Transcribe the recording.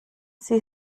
sie